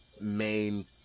main